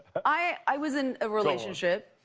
i was in a relationship